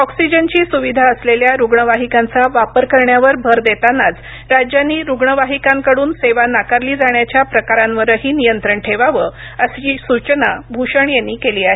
ऑक्सिजनची सुविधा असलेल्या रुग्णवाहिकांचा वापर करण्यावर भर देतानाच राज्यांनी रुग्णवाहिकांकडून सेवा नाकारली जाण्याच्या प्रकारांवरही नियंत्रण ठेवावं अशी सूचना भूषण यांनी केली आहे